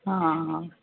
हाँ हाँ